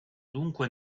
dunque